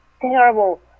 terrible